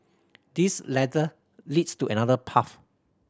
this ladder leads to another path